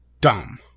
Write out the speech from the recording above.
dumb